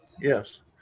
Yes